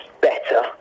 better